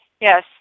Yes